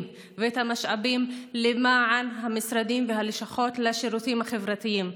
ואת המשאבים למען המשרדים והלשכות לשירותים החברתיים.